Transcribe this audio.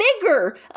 bigger